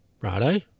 righto